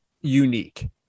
unique